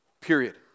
Period